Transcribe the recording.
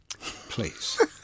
Please